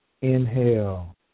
inhale